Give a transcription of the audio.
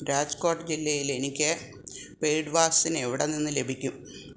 രാജ്കോട്ട് ജില്ലയിൽ എനിക്ക് paid vaccine എവിടെ നിന്ന് ലഭിക്കും